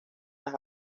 las